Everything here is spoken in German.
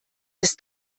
ist